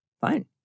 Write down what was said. Fine